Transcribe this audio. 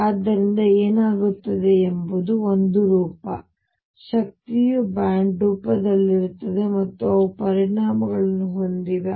ಆದ್ದರಿಂದ ಏನಾಗುತ್ತದೆ ಎಂಬುದು ಒಂದು ರೂಪ ಶಕ್ತಿಯು ಬ್ಯಾಂಡ್ ರೂಪದಲ್ಲಿರುತ್ತದೆ ಮತ್ತು ಅವು ಪರಿಣಾಮಗಳನ್ನು ಹೊಂದಿವೆ